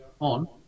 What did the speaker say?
on